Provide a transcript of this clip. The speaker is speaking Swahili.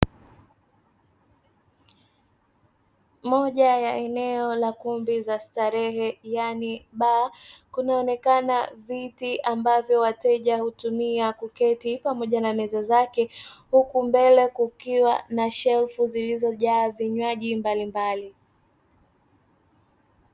Moja ya eneo la kumbi za starehe yaani baa kunaonekana viti ambavyo wateja hutumia kuketi pamoja na meza zake, huku mbele kukiwa na shelfu zilizojaa vinywaji mbali mbali.